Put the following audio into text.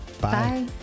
Bye